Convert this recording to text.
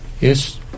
Yes